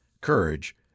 courage